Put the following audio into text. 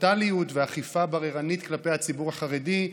ברוטליות ואכיפה בררנית כלפי הציבור החרדי,